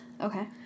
Okay